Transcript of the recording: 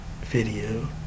video